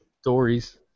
stories